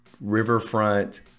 riverfront